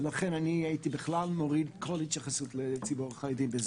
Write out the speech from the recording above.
ולכן אני הייתי בכלל מוריד כל התייחסות לציבור החרדי.